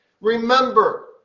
Remember